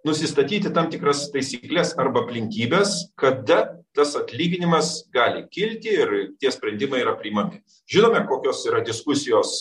nusistatyti tam tikras taisykles arba aplinkybes kada tas atlyginimas gali kilti ir tie sprendimai yra priimami žinome kokios yra diskusijos